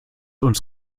uns